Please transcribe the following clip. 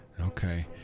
Okay